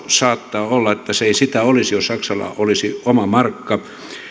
saattaa olla että se ei sitä olisi jos saksalla olisi oma markka